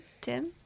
Tim